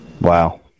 Wow